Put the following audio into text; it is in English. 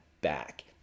back